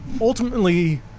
Ultimately